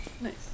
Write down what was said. Nice